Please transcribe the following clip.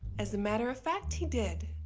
as a matter of fact he did.